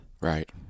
Right